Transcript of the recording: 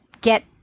get